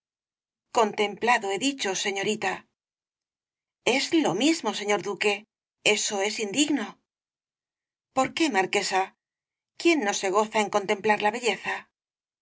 contemplado he dicho señorita es lo mismo señor duque eso es indigno por qué marquesa quién no se goza en contemplar la belleza